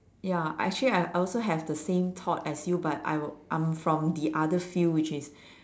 ya actually I have I also have the same thought as you but I will I'm from the other field which is